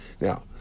Now